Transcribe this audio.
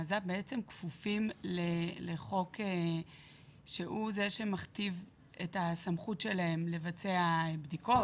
מז"פ בעצם כפופים לחוק שהוא זה שמכתיב את הסמכות שלהם לבצע בדיקות,